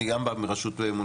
אני גם בא מרשות מוניציפלית,